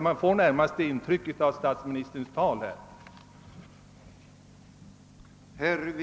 Jag fick närmast det intrycket av statsministerns svar i dag.